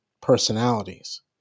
personalities